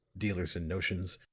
dealers in notions,